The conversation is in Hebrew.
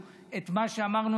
את מה שאמרנו,